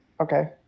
Okay